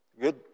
Good